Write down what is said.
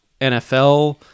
NFL